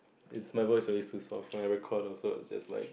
is my voice really too soft when I record also it's just like